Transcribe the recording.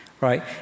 right